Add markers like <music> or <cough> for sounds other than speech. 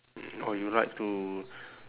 <noise> or you like to